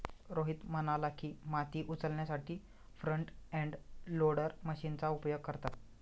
रोहित म्हणाला की, माती उचलण्यासाठी फ्रंट एंड लोडर मशीनचा उपयोग करतात